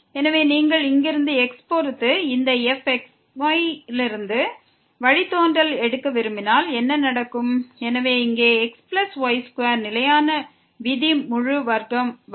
எனவே நீங்கள் இங்கிருந்து x பொறுத்து இந்த fxy இதிலிருந்து வழித்தோன்றலை எடுக்க விரும்பினால் என்ன நடக்கும் எனவே இங்கே xy2 நிலையான விதி ஹோல் ஸ்கொயர் வரும்